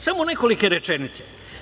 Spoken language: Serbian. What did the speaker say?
Samo nekoliko rečenica.